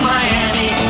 Miami